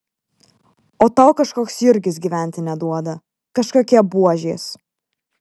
o tau kažkoks jurgis gyventi neduoda kažkokie buožės